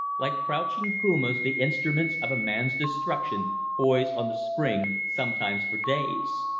like crouching pumas the instruments of a man's destruction poise on the spring, sometimes for days.